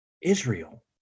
israel